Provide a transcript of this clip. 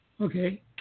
Okay